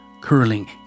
curling